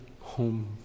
home